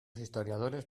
historiadores